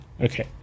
okay